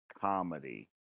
comedy